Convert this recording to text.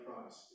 Christ